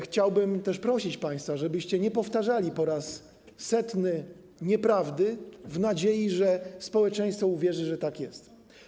Chciałbym też prosić państwa, żebyście nie powtarzali po raz setny nieprawdy w nadziei, że społeczeństwo uwierzy, że tak jest.